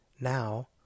Now